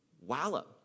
wallow